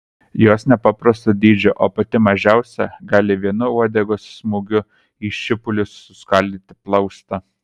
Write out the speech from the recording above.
jos nepaprasto dydžio o pati mažiausia gali vienu uodegos smūgiu į šipulius suskaldyti plaustą